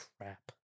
crap